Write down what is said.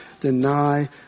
deny